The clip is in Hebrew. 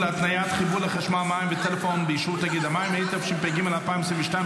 התשפ"ג 2022,